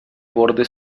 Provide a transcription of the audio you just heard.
borde